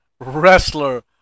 wrestler